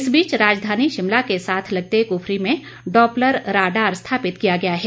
इस बीच राजधानी शिमला के साथ लगते कुफरी में डॉप्लर राडार स्थापित किया गया है